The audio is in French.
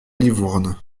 livourne